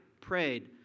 prayed